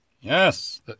Yes